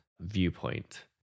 viewpoint